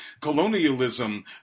colonialism